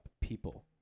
people